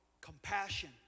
compassion